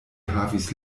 havis